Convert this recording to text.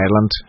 Ireland